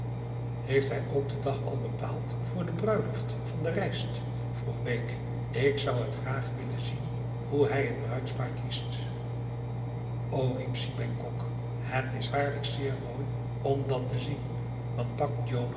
heeft hij ook den dag al bepaald voor de bruiloft van de rijst vroeg bake ik zou het graag willen zien hoe hij het bruidspaar kiest o riep si bengkok het is waarlijk zeer mooi om dat te zien want